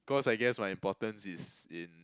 cause I guess my importance is in